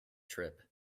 trip